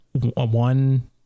one